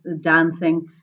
dancing